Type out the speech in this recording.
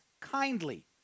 Kindly